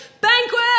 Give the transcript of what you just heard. banquet